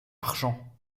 argent